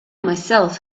myself